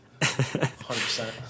100%